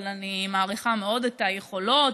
אבל אני מעריכה מאוד את היכולות,